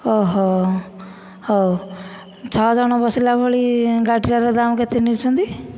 ଓହୋ ହେଉ ଛଅ ଜଣ ବସିଲା ଭଳି ଗାଡ଼ିଟାର ଦାମ କେତେ ନେଉଛନ୍ତି